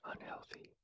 unhealthy